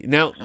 Now